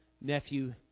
nephew